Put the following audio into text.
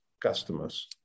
customers